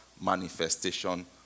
manifestation